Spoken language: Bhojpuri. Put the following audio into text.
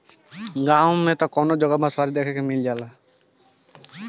गांव में त कवनो जगह बँसवारी देखे के मिल जाला